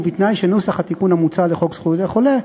ובתנאי שנוסח התיקון המוצע לחוק זכויות החולה,